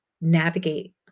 navigate